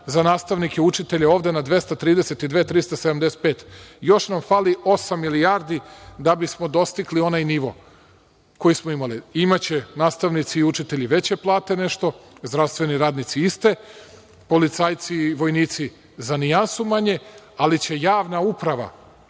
za nastavnike, učitelje na 232.375. Još nam fali osam milijardi da bismo dostigli onaj nivo koju smo imali. Imaće nastavnici i učitelji veće plate nešto, zdravstveni radnici iste, policajci i vojnici za nijansu manje, ali će javna uprava,